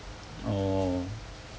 orh